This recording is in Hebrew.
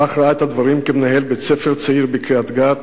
כך ראה את הדברים כמנהל בית-ספר צעיר בקריית-גת,